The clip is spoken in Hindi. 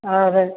और